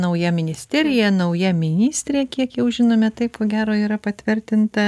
nauja ministerija nauja ministrė kiek jau žinome taip ko gero yra patvirtinta